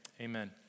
amen